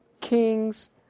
kings